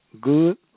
good